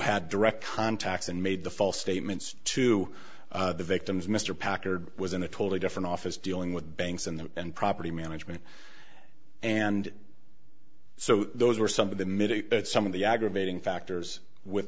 had direct contacts and made the false statements to the victims mr packard was in a totally different office dealing with banks and property management and so those were some of the mitigate some of the aggravating factors with